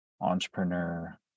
entrepreneur